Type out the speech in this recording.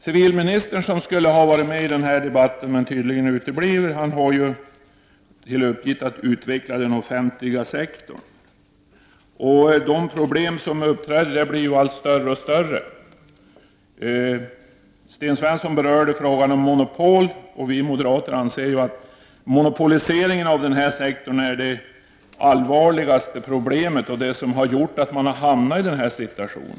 Civilministern, som skulle ha varit med i debatten men tydligen uteblir, har ju till uppgift att utveckla den offentliga sektorn. De problem som uppträder blir allt större. Sten Svensson berörde frågan om monopol. Vi moderater anser som bekant att monopolisering av den offentliga sektorn är det allvarliga problemet och det som har gjort att man har hamnat i denna besvärliga situation.